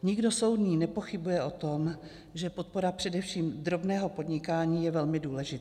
Nikdo soudný nepochybuje o tom, že podpora především drobného podnikání je velmi důležitá.